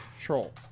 troll